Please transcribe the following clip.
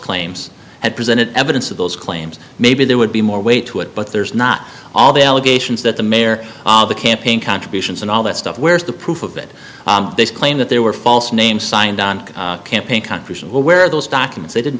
claims had presented evidence of those claims maybe there would be more weight to it but there's not all the allegations that the mayor the campaign contributions and all that stuff where's the proof of that claim that there were false names signed on campaign country where those documents they didn't